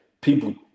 people